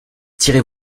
tirez